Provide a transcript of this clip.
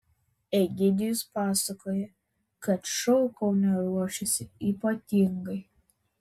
egidijus pasakoja kad šou kaune ruošiasi ypatingai